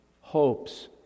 hopes